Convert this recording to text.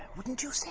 wouldn't you say?